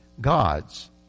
gods